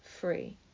Free